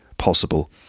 Possible